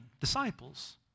disciples